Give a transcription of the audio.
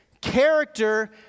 character